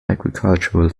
agricultural